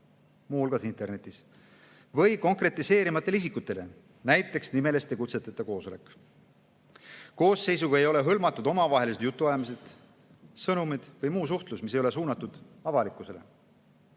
hulgas internetis, või konkretiseerimata isikutele, näiteks nimeliste kutseteta koosolekul. [Süüteo]koosseisuga ei ole hõlmatud omavahelised jutuajamised, sõnumid või muu suhtlus, mis ei ole suunatud avalikkusele.